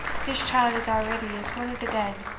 this child is already as one of the dead,